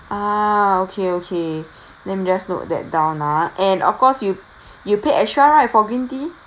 ah okay okay let me just note that down ah and of course you you paid extra right for green tea